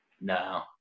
No